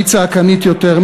מי צעקנית יותר,